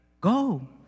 Go